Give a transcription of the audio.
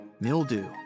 mildew